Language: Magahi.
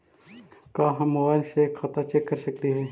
का हम मोबाईल से खाता चेक कर सकली हे?